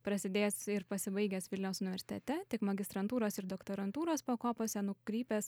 prasidėjęs ir pasibaigęs vilniaus universitete tik magistrantūros ir doktorantūros pakopose nukrypęs